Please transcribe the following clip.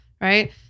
right